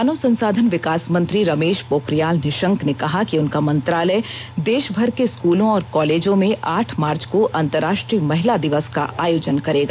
मानव संसाधन विकास मंत्री रमेश पोखरियाल निशंक ने कहा कि उनका मंत्रालय देशभर के स्कूलों और कॉलेजों में आठ मार्च को अंतराष्ट्रीय महिला दिवस का आयोजन करेगा